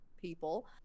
people